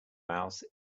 mouse